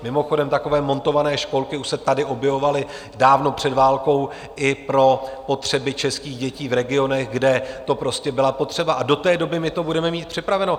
Mimochodem, takové montované školky už se tady objevovaly dávno před válkou i pro potřeby českých dětí v regionech, kde to prostě byla potřeba, a do té doby my to budeme mít připraveno.